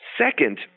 Second